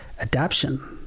adaption